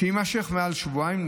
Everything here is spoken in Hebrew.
שיימשך מעל שבועיים,